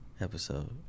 episode